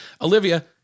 Olivia